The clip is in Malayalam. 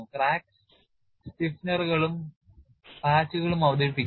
ക്രാക്ക് സ്റ്റിഫെനറുകളും പാച്ചുകളും അവതരിപ്പിക്കുക